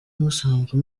musanzwe